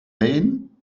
wen